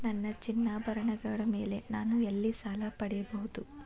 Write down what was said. ನನ್ನ ಚಿನ್ನಾಭರಣಗಳ ಮೇಲೆ ನಾನು ಎಲ್ಲಿ ಸಾಲ ಪಡೆಯಬಹುದು?